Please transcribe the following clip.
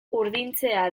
urdintzea